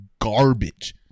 garbage